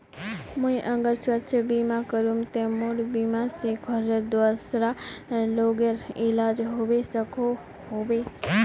मुई अगर स्वास्थ्य बीमा करूम ते मोर बीमा से घोरेर दूसरा लोगेर इलाज होबे सकोहो होबे?